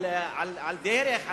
על דרך,